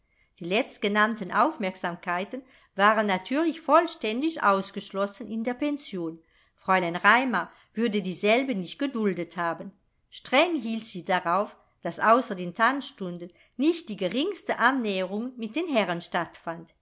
die letztgenannten aufmerksamkeiten waren natürlich vollständig ausgeschlossen in der pension fräulein raimar würde dieselben nicht geduldet haben streng hielt sie darauf daß außer den tanzstunden nicht die geringste annäherung mit den herren stattfand